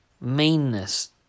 meanness